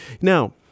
Now